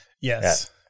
Yes